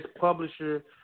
publisher